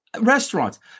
restaurants